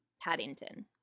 Paddington